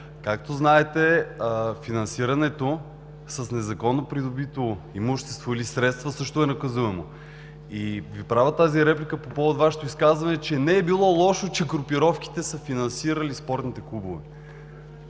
Както знаете, финансирането с незаконно придобито имущество или средства също е наказуемо. И Ви правя тази реплика по повод Вашето изказване, че не е било лошо, че групировките са финансирали спортните клубове.